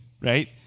right